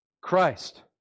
Christ